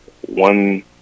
one